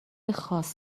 خاص